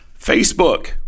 Facebook